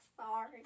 sorry